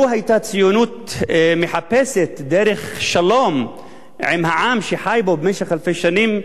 לו היתה הציונות מחפשת דרך שלום עם העם שחי פה במשך אלפי שנים,